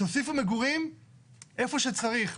תוסיפו מגורים איפה שצריך,